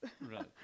Right